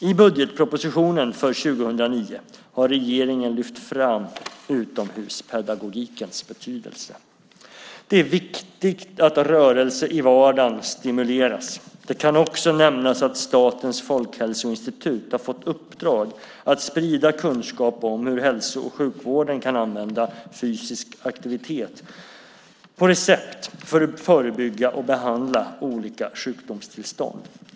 I budgetpropositionen för 2009 har regeringen lyft fram utomhuspedagogikens betydelse. Det är viktigt att rörelse i vardagen stimuleras. Det kan också nämnas att Statens folkhälsoinstitut har fått i uppdrag att sprida kunskap om hur hälso och sjukvården kan använda fysisk aktivitet på recept för att förebygga och behandla olika sjukdomstillstånd.